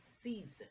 season